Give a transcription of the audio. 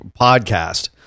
podcast